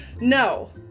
No